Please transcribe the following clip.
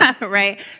right